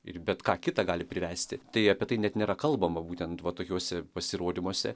ir bet ką kitą gali privesti tai apie tai net nėra kalbama būtent va tokiuose pasirodymuose